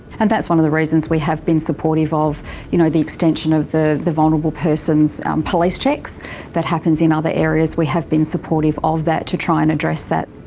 and that's one of the reasons we have been supportive of you know the extension of the the vulnerable person's police checks that happens in other areas, we have been supportive of that to try and address that.